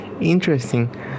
Interesting